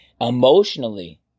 emotionally